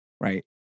right